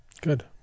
good